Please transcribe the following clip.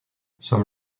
some